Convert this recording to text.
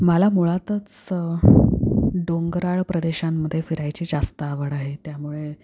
मला मुळातच डोंगराळ प्रदेशांमध्ये फिरायची जास्त आवड आहे त्यामुळे